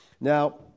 Now